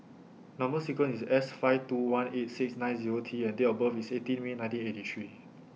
Number sequence IS S five two one eight six nine Zero T and Date of birth IS eighteen May nineteen eighty three